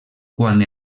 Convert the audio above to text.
quan